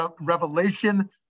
Revelation